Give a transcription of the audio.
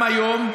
הדוכן.